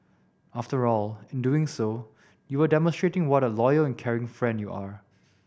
after all in doing so you are demonstrating what a loyal and caring friend you are